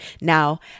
Now